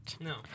No